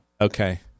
okay